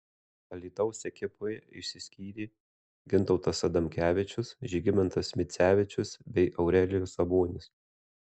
alytaus ekipoje išsiskyrė gintautas adamkevičius žygimantas micevičius bei aurelijus sabonis